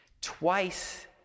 twice